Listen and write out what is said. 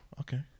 okay